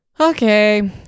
Okay